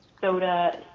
soda